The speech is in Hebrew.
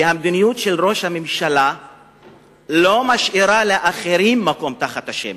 והמדיניות של ראש הממשלה לא משאירים לאחרים מקום תחת השמש,